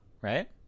right